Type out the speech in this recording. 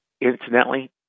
incidentally